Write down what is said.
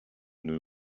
nous